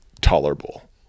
tolerable